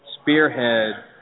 spearhead